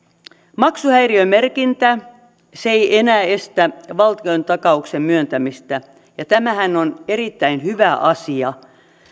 maksuhäiriömerkintä ei enää estä valtiontakauksen myöntämistä ja tämähän on erittäin hyvä asia